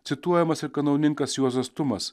cituojamas ir kanauninkas juozas tumas